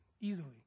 easily